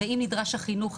ואם נדרש החינוך,